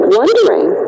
wondering